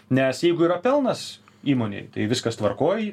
nes jeigu yra pelnas įmonėj tai viskas tvarkoj